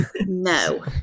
no